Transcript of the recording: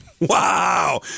Wow